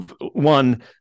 one